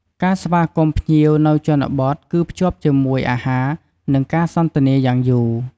ការស្វាគមន៍ភ្ញៀវនៅជនបទគឺភ្ជាប់ជាមួយ អាហារ និង ការសន្ទនាយ៉ាងយូរ។